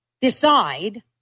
decide